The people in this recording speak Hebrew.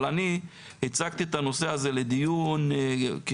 אבל אני הצגתי את הנושא הזה לדיון כחלק